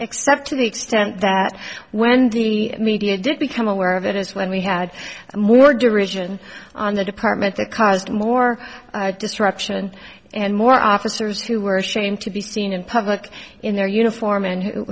except to the extent that when the media did become aware of it as when we had more derision on the department that caused more disruption and more officers who were ashamed to be seen in public in their uniform and who